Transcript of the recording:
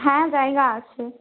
হ্যাঁ জায়গা আছে